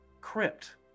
crypt